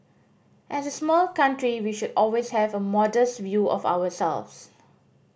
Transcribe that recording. as a small country we should always have a modest view of ourselves